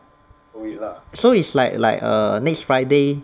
so it's like like err next friday